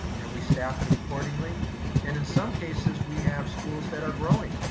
and we staff it accordingly. and in some cases we have schools that are growing.